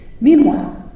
Meanwhile